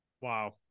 Wow